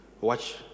Watch